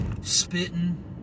spitting